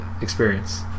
experience